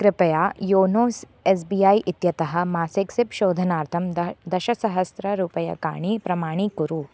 कृपया योनोस् S B I इत्यतः मासिक सिप् शोधनार्थं दः दशसहस्ररूपयकाणि प्रमाणीकुरु